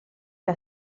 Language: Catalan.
que